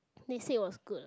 they said it was good lah